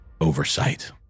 oversight